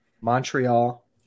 Montreal